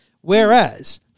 Whereas